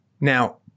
Now